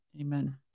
Amen